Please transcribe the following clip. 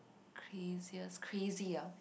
craziest crazy ah